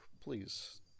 please